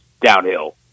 downhill